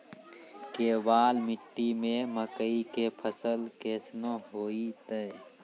केवाल मिट्टी मे मकई के फ़सल कैसनौ होईतै?